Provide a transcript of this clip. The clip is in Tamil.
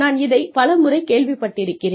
நான் இதைப் பல முறை கேள்விப்பட்டிருக்கிறேன்